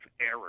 error